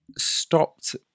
Stopped